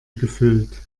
gefüllt